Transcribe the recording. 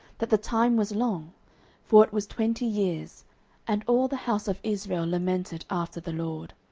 that the time was long for it was twenty years and all the house of israel lamented after the lord.